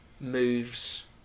moves